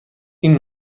این